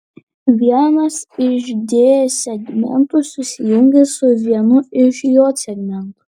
vienas iš d segmentų susijungia su vienu iš j segmentų